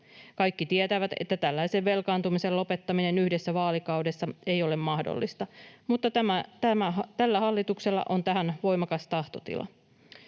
Kaikki tietävät, että tällaisen velkaantumisen lopettaminen yhdessä vaalikaudessa ei ole mahdollista, mutta tällä hallituksella on tähän voimakas tahtotila.